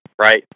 right